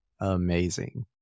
Amazing